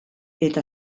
eta